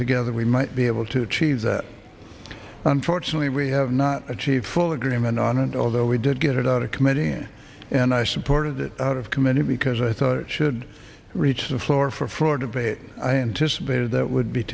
together we might be able to achieve that unfortunately we have not achieved full agreement on it although we did get it out of committee and i supported it out of committee because i thought should reach the floor for debate i anticipated that would be